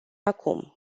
acum